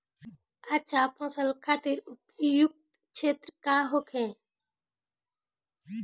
अच्छा फसल खातिर उपयुक्त क्षेत्र का होखे?